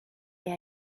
they